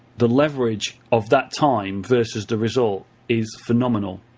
the leverage of that time versus the result is phenomenal